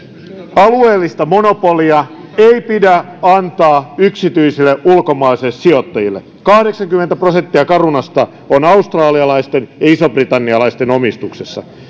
alueellista monopolia ei pidä antaa yksityisille ulkomaisille sijoittajille kahdeksankymmentä prosenttia carunasta on australialaisten ja isobritannialaisten omistuksessa